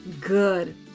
good